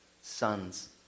sons